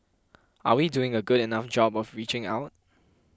are we doing a good enough job of reaching out